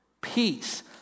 peace